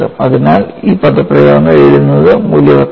അതിനാൽ ഈ പദപ്രയോഗങ്ങൾ എഴുതുന്നത് മൂല്യവത്താണ്